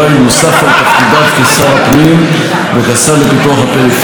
נוסף על תפקידיו כשר הפנים וכשר לפיתוח הפריפריה,